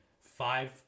five